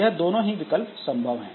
यह दोनों ही विकल्प संभव है